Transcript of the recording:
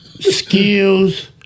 skills